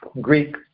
Greek